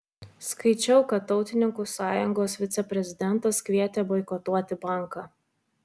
skaičiau kad tautininkų sąjungos viceprezidentas kvietė boikotuoti banką